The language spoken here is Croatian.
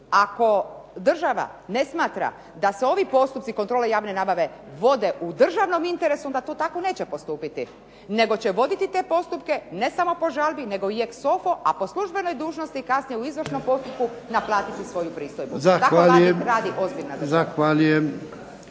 Ako država ne smatra da se ovi postupci kontrole javne nabave vode u državnom interesu onda to tako neće postupiti, nego će voditi te postupke ne samo po žalbi nego i ex sofo, a u službenoj dužnosti kasnije u izvršnom postupku naplatiti svoju pristojbu. Tako radi ozbiljna država.